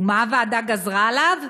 ומה הוועדה גזרה עליו?